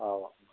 औ